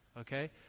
okay